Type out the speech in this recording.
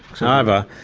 however,